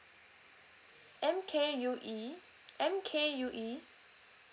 M K U E M K U E